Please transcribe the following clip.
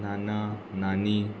नाना नानी